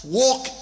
walk